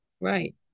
Right